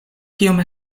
kiom